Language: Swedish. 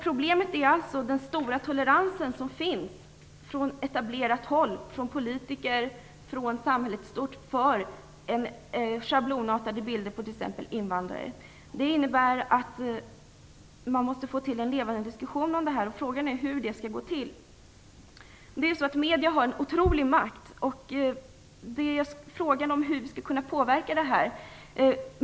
Problemet är den stora tolerans som finns från etablerat håll, dvs. politiker och samhället i stort, för schablonartade bilder av t.ex. invandrare. Det måste skapas en levande diskussion om denna fråga. Frågan är hur det skall gå till. Medier har en otrolig makt. Frågan är hur vi kan påverka medierna.